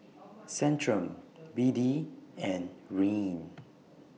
Centrum B D and Rene